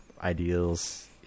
ideals